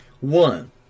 One